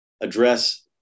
address